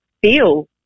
feel